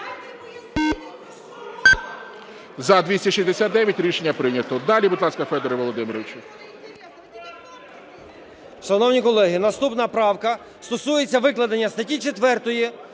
За-269 Рішення прийнято. Далі, будь ласка, Федоре Володимировичу.